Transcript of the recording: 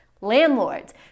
landlords